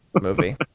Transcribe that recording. movie